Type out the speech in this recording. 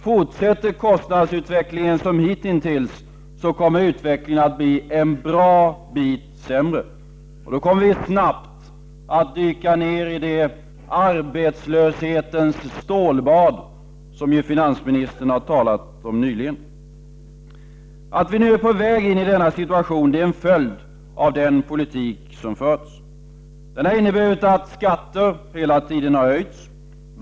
Fortsätter kostnadsutvecklingen på det sätt den gjort hitintills blir utvecklingen en bra bit sämre. Då kommer vi snart att dyka ner i det ”arbetslöshetens stålbad” som finansministern nyligen talade om. Att vi nu är på väg in i denna situation är en följd av den politik som bedrivits. Den har inneburit att skatterna hela tiden höjts.